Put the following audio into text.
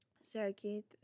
circuit